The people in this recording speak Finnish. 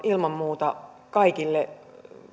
ilman muuta kaikille